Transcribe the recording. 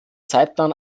zeitplan